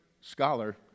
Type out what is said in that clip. scholar